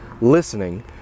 listening